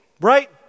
right